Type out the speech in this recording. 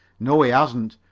no, he hasn't.